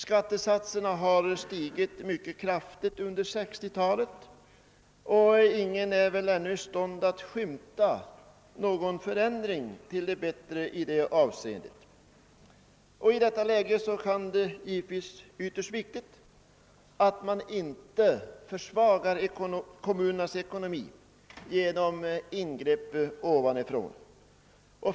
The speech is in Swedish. Skattesatserna har stigit mycket kraftigt under hela 1960-talet, och ingen är ännu i stånd att skymta någon förändring till det bättre i det avseendet. I det läget är det självfallet ytterst viktigt att inte försvaga kommunernas ekonomi genom ingrepp ovanifrån.